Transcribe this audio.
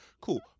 Cool